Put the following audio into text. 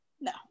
no